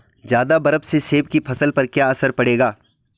ज़्यादा बर्फ से सेब की फसल पर क्या असर पड़ेगा?